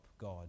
god